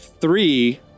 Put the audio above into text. three